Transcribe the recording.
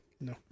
No